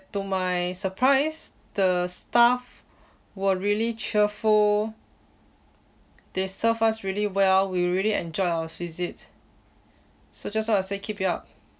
to my surprise the staff were really cheerful they serve us really well we really enjoy our visit such as long as they keep it up